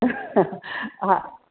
हा